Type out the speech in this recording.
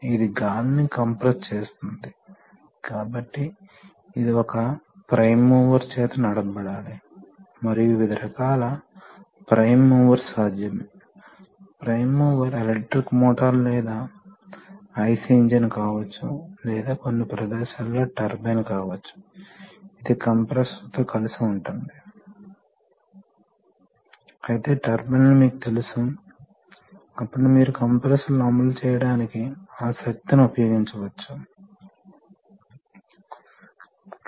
ఇది చాలా సులభం కరెంటు ఫీడ్ బ్యాక్ చాలా ప్రిఫర్ చేస్తారు ఎందుకంటే ఆ ఫీడ్ బ్యాక్ పొందడం చాలా సులభం ఉదాహరణకు ఒక సాధారణ చాలా చౌకైన హాల్ ఎఫెక్ట్ సెన్సార్ మనకు చాలా మంచి కరెంటు ఫీడ్ బ్యాక్ ఇవ్వగలదు కొన్నిసార్లు కరెంటు సెన్సింగ్ రెసిస్టెంట్ మీరు కరెంట్ను చిన్న రెసిస్టెన్స్ ద్వారా డ్రైవ్ చేసి ఆపై వోల్టేజ్ డ్రాప్ తీసుకొని మీకు మంచి కరెంట్ విలువను ఇవ్వగలదు